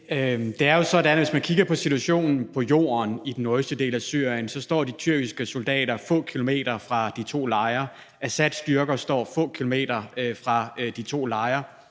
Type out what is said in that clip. jo sådan, at situationen på jorden i den nordøstlige del af Syrien er sådan, at de tyrkiske soldater står få kilometer fra de to lejre, Assads styrker står få kilometer fra de to lejre,